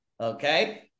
Okay